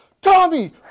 Tommy